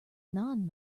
non